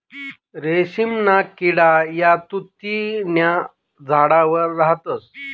रेशीमना किडा या तुति न्या झाडवर राहतस